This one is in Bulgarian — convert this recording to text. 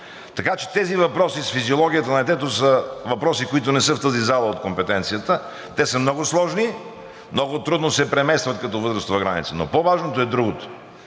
Така че тези въпроси с физиологията на детето са въпроси, които не са от компетенцията на тази зала. Те са много сложни, много трудно се преместват като възрастова граница. По-важното е другото.